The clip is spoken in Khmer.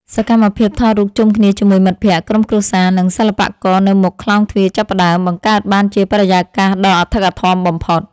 សកម្មភាពថតរូបជុំគ្នាជាមួយមិត្តភក្តិ ក្រុមគ្រួសារ និងសិល្បករនៅមុខខ្លោងទ្វារចាប់ផ្ដើម បង្កើតបានជាបរិយាកាសដ៏អធិកអធមបំផុត។